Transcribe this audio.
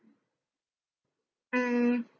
mm